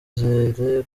izere